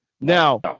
Now